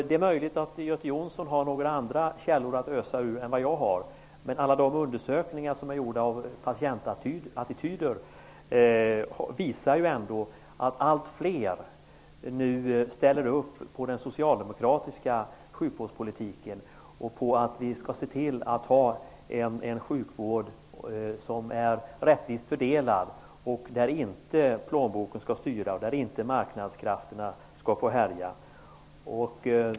Det är möjligt att Göte Jonsson har andra källor än jag att ösa ur -- alla de undersökningar som har gjorts av patientattityder visar nämligen att allt fler ställer upp på den socialdemokratiska sjukvårdspolitiken och vill att vi skall se till att ha en sjukvård som är rättvist fördelad, där plånboken inte skall styra och där marknadskrafterna inte skall få härja.